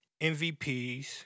MVPs